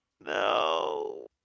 no